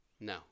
no